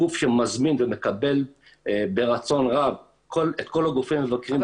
גוף שמזמין ומקבל ברצון רב את כל הגופים המבקרים,